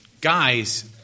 Guys